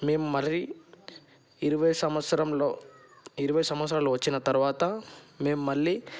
మేం మళ్ళీ ఇరవై సంవత్సరంలో ఇరవై సంవత్సరాలు వచ్చిన తరువాత మేము మళ్ళీ